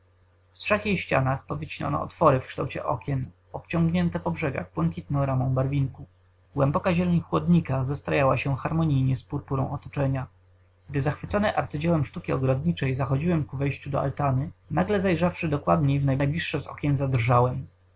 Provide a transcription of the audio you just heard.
trzech jej ścianach powycinano otwory w kształcie okien obciągnięte po brzegach błękitną ramą barwinku głęboka zieleń chłodnika zestrajała się harmonijnie z purpurą otoczenia gdy zachwycony arcydziełem sztuki ogrodniczej zachodziłem ku wejściu do altany nagle zajrzawszy dokładniej w najbliższe z okien zadrżałem